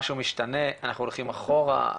משהו משתנה אנחנו הולכים אחורה?